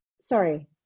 sorry